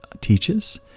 teaches